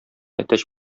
әтәч